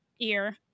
ear